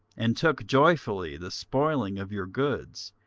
and took joyfully the spoiling of your goods,